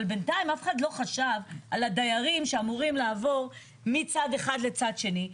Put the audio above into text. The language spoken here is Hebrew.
אבל בנתיים אף אחד לא חשב על הדיירים שאמורים לעבור מצד אחד לצד שני.